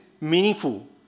meaningful